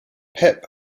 pep